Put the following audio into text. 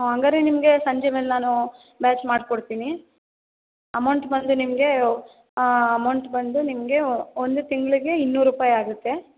ಹಾಂ ಹಂಗಾರೆ ನಿಮಗೆ ಸಂಜೆ ಮೇಲೆ ನಾನು ಬ್ಯಾಚ್ ಮಾಡ್ಕೊಡ್ತೀನಿ ಅಮೌಂಟ್ ಬಂದು ನಿಮಗೆ ಅಮೌಂಟ್ ಬಂದು ನಿಮಗೆ ಒಂದು ತಿಂಗ್ಳಿಗೆ ಇನ್ನೂರು ರೂಪಾಯಿ ಆಗುತ್ತೆ